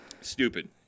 stupid